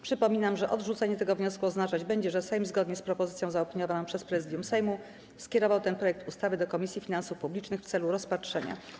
Przypominam, że odrzucenie tego wniosku oznaczać będzie, że Sejm, zgodnie z propozycją zaopiniowaną przez Prezydium Sejmu, skierował ten projekt ustawy do Komisji Finansów Publicznych w celu rozpatrzenia.